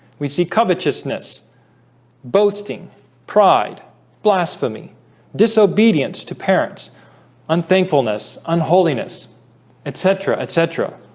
we see covetousness boasting pride blasphemy disobedience to parents unthankful nasaan um holiness etc. etc.